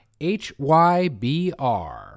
hybr